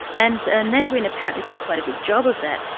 and and ne win apparently did quite a good job of that,